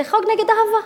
זה חוק נגד אהבה,